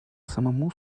самому